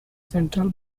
central